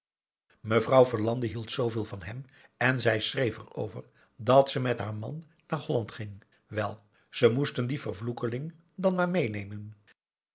mevrouw verlande hield zooveel van hem en zij schreef erover dat ze met haar man naar holland ging wel ze moesten dien vervloekeling dan maar meenemen